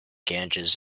ganges